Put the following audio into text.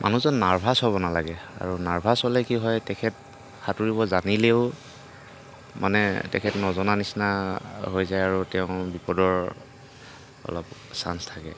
মানুহজন নাৰ্ভাছ হ'ব নালাগে আৰু নাৰ্ভাছ হ'লে কি হয় তেখেত সাতুৰিব জানিলেও মানে তেখেত নজনাৰ নিচিনা হৈ যায় আৰু তেওঁ বিপদৰ অলপ চান্স থাকে